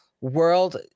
World